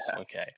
okay